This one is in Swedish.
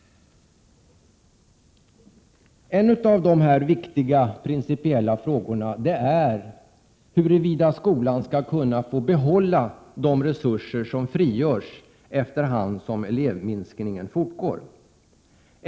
En av de viktiga principiella frågorna är huruvida skolan skall kunna behålla de resurser som frigörs efter hand som elevminskningen fortgår.